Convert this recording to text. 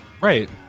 Right